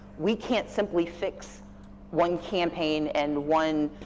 we can't simply fix one campaign and one,